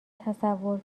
تصور